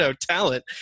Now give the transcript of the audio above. talent